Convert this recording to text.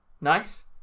Nice